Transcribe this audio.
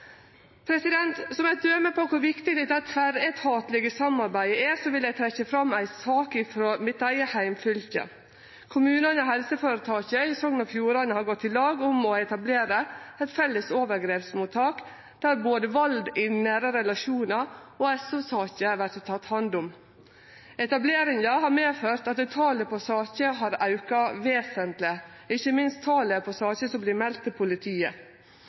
Som eit døme på kor viktig dette tverretatlege samarbeidet er, vil eg trekkje fram ei sak frå mitt eige heimfylke. Kommunane og helseføretaket i Sogn og Fjordane har gått i lag om å etablere eit felles overgrepsmottak der både vald i nære relasjonar og SO-saker vert tekne hand om. Etableringa har medført at talet på saker har auka vesentleg, ikkje minst talet på saker som vert melde til politiet.